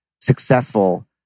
successful